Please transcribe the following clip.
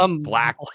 black